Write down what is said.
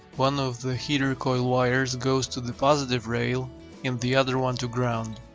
one of the heater coil wires goes to the positive rail and the other one to ground.